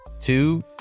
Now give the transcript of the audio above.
two